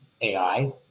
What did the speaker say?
AI